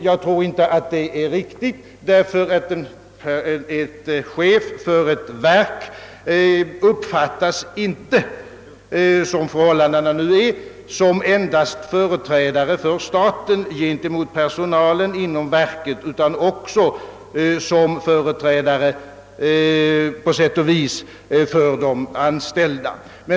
Jag tror dock inte att det är riktigt, ty en chef för ett verk uppfattas inte, sådana som förhållandena nu ter sig, endast som företrädare för staten gentemot personalen inom verket utan också på sätt och vis som företrädare för de anställda.